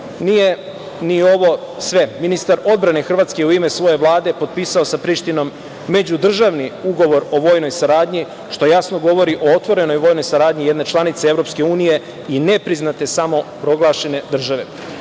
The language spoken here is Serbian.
Nije ni ovo sve, ministar odbrane Hrvatske u ime svoje Vlade potpisao je sa Prištinom međudržavni Ugovor o vojnoj saradnji, što jasno govori o otvorenoj vojnoj saradnji jedne članice EU i nepriznate samoproglašene države.